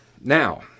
Now